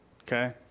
Okay